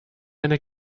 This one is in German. eine